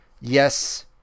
Yes